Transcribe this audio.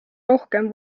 rohkem